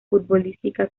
futbolística